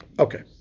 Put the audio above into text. Okay